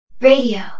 Radio